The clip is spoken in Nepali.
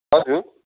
हजुर